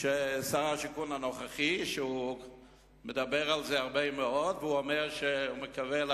ששר השיכון הנוכחי, שמדבר על זה הרבה מאוד, יצליח.